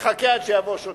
תחכה עד שיבוא שוטר,